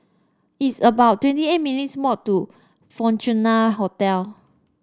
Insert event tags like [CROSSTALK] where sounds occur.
it's about twenty eight minutes' [UNINTELLIGIBLE] to Fortuna Hotel